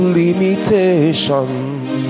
limitations